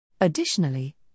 Additionally